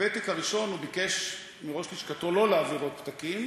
בפתק הראשון הוא ביקש מראש לשכתו לא להעביר עוד פתקים,